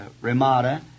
Ramada